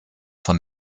von